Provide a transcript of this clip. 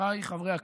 חבריי חברי הכנסת,